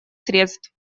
средств